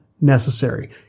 necessary